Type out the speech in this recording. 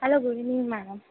hello good evening madam